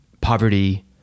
Poverty